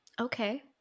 Okay